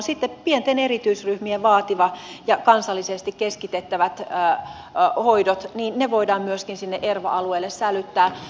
sitten pienten erityisryhmien vaativat ja kansallisesti keskitettävät hoidot voidaan myöskin sinne erva alueelle sälyttää